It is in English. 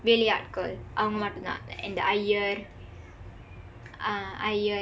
வேலையாட்கள் அவங்க மட்டும் தான்:andtha veelaiyaatkal avangka matdum thaan and the Iyer uh Iyer